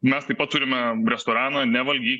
mes taip pat turime restoraną ne valgy